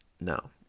No